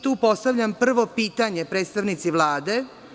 Tu postavljam prvo pitanje predstavnici Vlade.